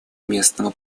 местного